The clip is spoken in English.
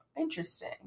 Interesting